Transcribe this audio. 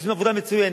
שעושים עבודה מצוינת.